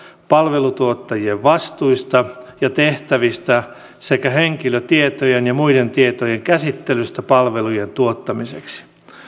palvelutuottajien vastuista ja tehtävistä sekä henkilötietojen ja muiden tietojen käsittelystä palvelujen tuottamiseksi